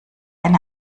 eine